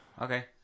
Okay